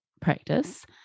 practice